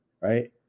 right